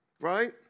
right